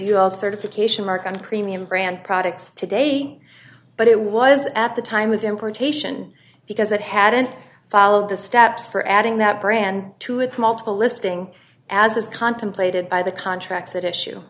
you all certification mark on premium brand products today but it was at the time with importation because it hadn't followed the steps for adding that brand to its multiple listing as this contemplated by the contracts that issue